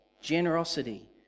generosity